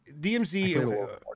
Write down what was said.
dmz